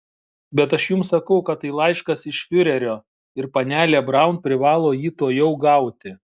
bet aš jums sakau kad tai laiškas iš fiurerio ir panelė braun privalo jį tuojau gauti